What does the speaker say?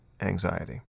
anxiety